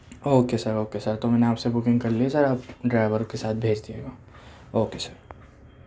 okay sir okay sir تو میں نے آپ سے بکنگ کر لی سر آپ ڈرائیور کے ساتھ بھیج دیے گا اوکے سر